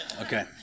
Okay